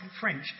French